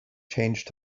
changed